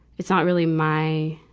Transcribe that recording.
it's not really my,